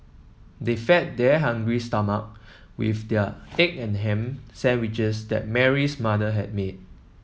they fed their hungry stomach with the egg and ham sandwiches that Mary's mother had made